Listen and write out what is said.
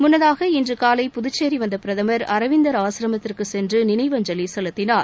முன்னதாக இன்று காலை புதுச்சேரி வந்த பிரதமர் அரவிந்தர் ஆசிரமத்திற்கு சென்று நினைவஞ்சலி செலுத்தினார்